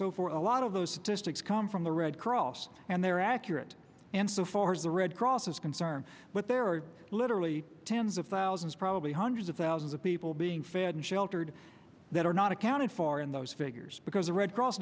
so for a lot of those sophistic come from the red cross and they are accurate and so far as the red cross is concerned but there are literally tens of thousands probably hundreds of thousands of people being fed and sheltered that are not accounted for in those figures because the red cross